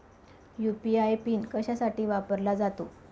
UPI PIN कशासाठी वापरला जातो?